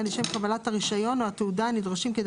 לשם קבלת הרישיון או התעודה הנדרשים כדי